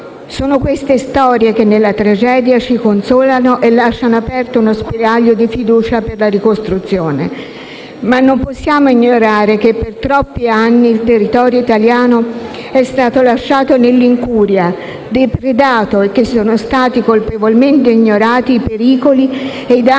Sono queste storie che, nella tragedia, ci consolano e lasciano aperto uno spiraglio di fiducia per la ricostruzione. Ma non possiamo ignorare che per troppi anni il territorio italiano è stato lasciato nell'incuria, depredato, e che sono stati colpevolmente ignorati i pericoli ed i danni